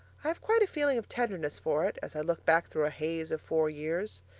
i have quite a feeling of tenderness for it as i look back through a haze of four years.